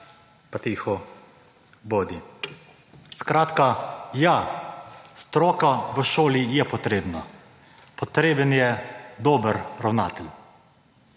pa tiho bodi. Skratka, ja, stroka v šoli je potrebna, potreben je dober ravnatelj.